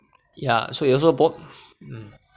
ya so you also bought mm